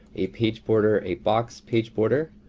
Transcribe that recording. a page border, a box page border.